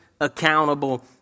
accountable